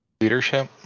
leadership